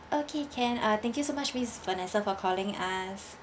okay can uh thank you so much miss vanessa for calling us